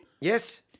Yes